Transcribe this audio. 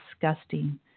disgusting